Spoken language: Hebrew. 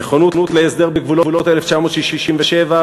נכונות להסדר בגבולות 1967,